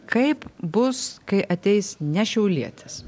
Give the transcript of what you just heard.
kaip bus kai ateis ne šiaulietis